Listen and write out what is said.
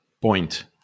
Point